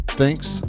thanks